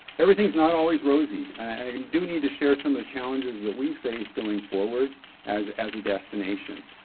everything's not always rosy. and i do need to share some of the challenges that we face going forward as as a destination.